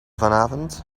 vanavond